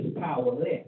powerless